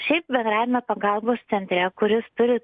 šiaip bendrajame pagalbos centre kuris turi